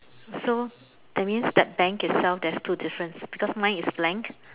so that means the bank itself there's two difference because mine is blank